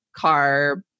carb